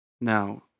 Now